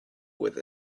with